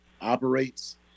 operates